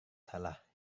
salah